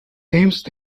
thames